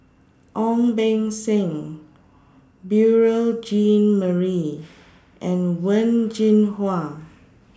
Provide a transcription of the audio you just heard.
Ong Beng Seng Beurel Jean Marie and Wen Jinhua